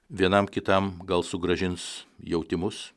vienam kitam gal sugrąžins jautimus